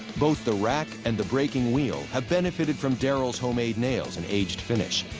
both the rack and the breaking wheel have benefited from daryl's homemade nails and aged finish.